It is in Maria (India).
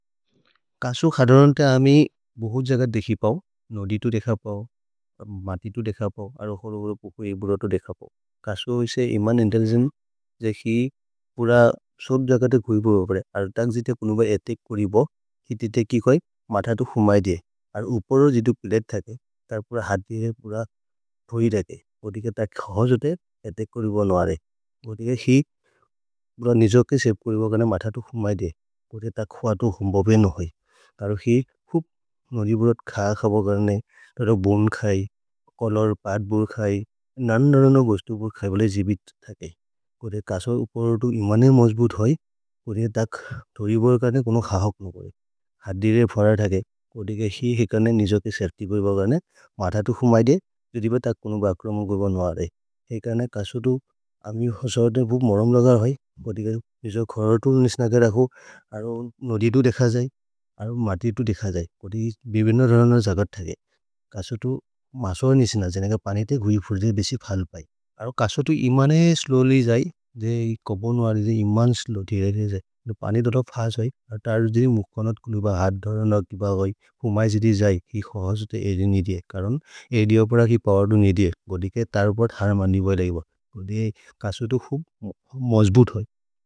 काशू खाड़ान ते आमी बहुत जगार देखी पाओ, नोडी तो देखा पाओ, माठी तो देखा पाओ, आरो हरोरो पुखोई बुरा तो देखा पाओ। काशू है से इमान इंटेलिजन जेखी पुरा सोड जगार ते खूइबो बापरे, आरो ताक जिते कुनुबाई एतेक कूरीबो, ही ती ते की होई। माठा तो हुमाई दे, और उपरो जितो पिलेट थाके, तार पुरा हाट देखे, पुरा धोई रखे, वो दिके ताक खाओ जो ते एतेक कूरीबो नौरे। वो दिके ही पुरा निजव के सेफ कूरीबो कारणे, माठा तो हुमाई दे, कोड़े ताक खूआ तो हुमबवेन होई, तार भूप नौरी बुराद खाया खाबा कारणे। तार भून खाई, कौलर पाट बुर खाई, नान नान गोष्टो खाई बले जीवित ठाके, कोड़े कासो उपर उटू इमाने मजबुत हुई, कोड़े ताक धूरीबो कारणे कुनो खाहक नौरे। हाड़ीरे फ़रा ठाके, कोड़े काई ही हेकाने निजव के सेफ़्टी भुई बागाने, माठा तू हुमाई दिये, तू धूरीबो ताक कुनो बाक्रम गुर्बन नौरे, हेकाने कासो तू अम्यू हसरते भूप मरम लगार है। कोड़े काई निजव ख़रा तूल निशन कुलोगा हाड धरना की भागाई, हुमाई जिड़ी जाई, ही ख़रा ख़सो ते एड़ी निजव कारण, एड़ी अपर की पारण निजव। कोड़ी के तर उपर हाडा माणी बाई लायिबा, कोड़ी कासो तू फुग मजबूत हाइ।